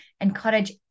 encourage